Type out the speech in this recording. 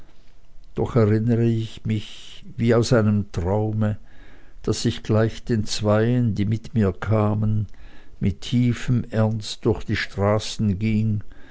doch erinnere ich mich wie aus einem traume daß ich gleich den zweien die mit mir kamen mit tiefem ernst durch die straßen ging